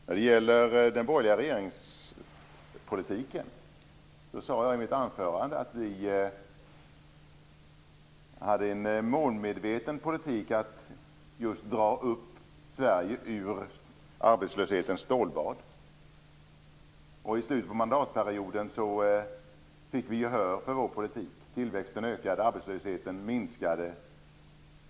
När det gäller den borgerliga regeringspolitiken sade jag i mitt huvudanförande att vi hade en målmedveten politik för att just dra upp Sverige ur arbetslöshetens stålbad. I slutet av mandatperioden fick vi gehör för vår politik. Tillväxten ökade. Arbetslösheten minskade.